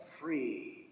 free